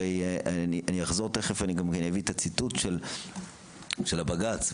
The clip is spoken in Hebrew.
אני אביא את הציטוט של הבג"צ,